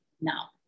now